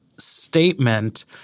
statement